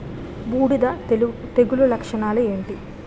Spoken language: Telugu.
బూడిద తెగుల లక్షణాలు ఏంటి?